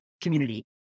community